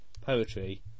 poetry